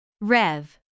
Rev